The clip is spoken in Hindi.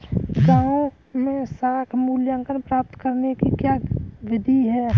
गाँवों में साख मूल्यांकन प्राप्त करने की क्या विधि है?